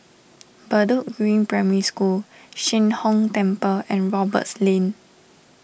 Bedok Green Primary School Sheng Hong Temple and Roberts Lane